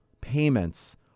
payments